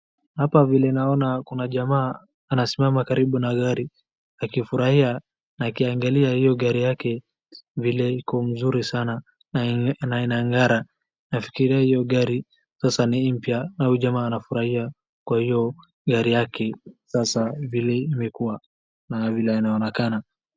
Hapa vile naona kuna jamaa anasimama karibu na gari akifurahia akiangalia hiyo gari yake vile iko mzuri sana na inang'ara nafikiria hiyo gari sasa ni mpya ama jamaa anafurahia kwa hiyo gari yake sasa vile imekuwa na vile anaonekana.